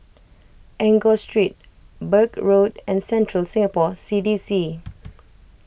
Enggor Street Birch Road and Central Singapore C D C